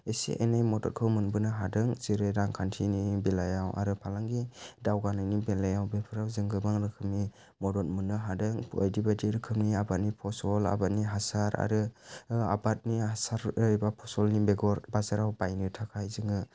एसे एनै मददखौ मोनबोनो हादों जेरै रांखान्थिनि बेलायाव आरो फालांगि दावगानायनि बेलायाव बेफोराव जों गोबां रोखोमनि मदद मोनो हादों बायदि बायदि रोखोमनि आबादनि फसल आबादनि हासार आरो आबादनि हासार एबा फसलनि बेगर बाजाराव बायनो थाखाय जोङो